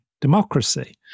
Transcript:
democracy